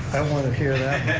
i want to hear that